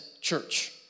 Church